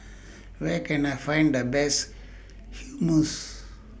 Where Can I Find The Best Hummus